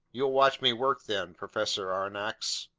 you'll watch me work them, professor aronnax.